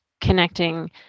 connecting